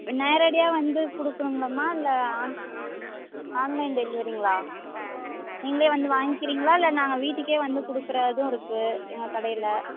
நேரடியாக வந்து கொடுக்கணுங்களாம்மா இல்லை ஆன் ஆன்லைன் டெலிவரிங்களா நீங்களே வந்து வாங்கிக்கிறிங்களா இல்லை நாங்கள் வீட்டுக்கே வந்து கொடுக்குற இதுவும் இருக்குது எங்கள் கடையில்